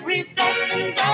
Reflections